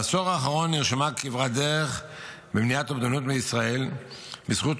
בעשור האחרון נרשמה כברת דרך במניעת אובדנות בישראל בזכות